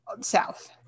south